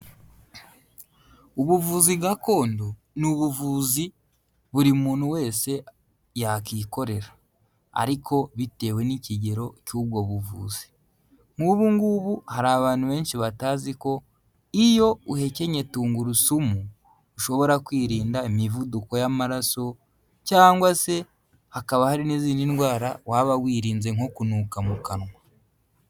Ubuvuzi gakondo, ni ubuvuzi buri muntu wese yakwikorera, ariko bitewe n'ikigero cy'ubwo buvuzi, nk'ubu ngubu hari abantu benshi batazi ko iyo uhekenye tungurusumu ushobora kwirinda imivuduko y'amaraso, cyangwa se hakaba hari n'izindi ndwara waba wirinze nko kunuka mu kanwa.